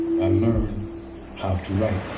i learned how to write.